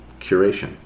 curation